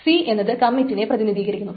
c എന്നത് കമ്മിറ്റിനെ പ്രതിനിധീകരിക്കുന്നു